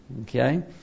Okay